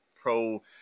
pro